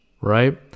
right